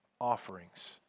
offerings